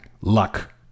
luck